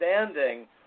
understanding